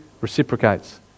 reciprocates